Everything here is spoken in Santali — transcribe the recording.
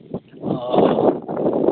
ᱚᱻ